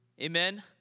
amen